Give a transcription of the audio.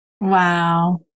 Wow